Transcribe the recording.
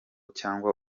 cyangwa